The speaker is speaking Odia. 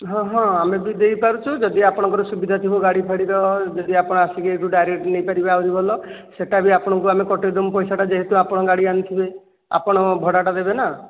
ହଁ ହଁ ଆମେ ବି ଦେଇପାରୁଛୁ ଯଦି ଆପଣଙ୍କର ସୁବିଧାଥିବ ଗାଡ଼ି ଫାଡ଼ିର ଯଦି ଆପଣ ଆସିକି ଏଇଠୁ ଡାଇରେକ୍ଟ ନେଇପାରିବେ ଆହୁରି ଭଲ ସେଇଟା ବି ଆପଣଙ୍କୁ ଆମେ କଟାଇଦେବୁ ପଇସାଟା ଯେହେତୁ ଆପଣ ଗାଡ଼ି ଅଣିଥିବେ ଆପଣ ଭଡ଼ାଟା ଦେବେ ନା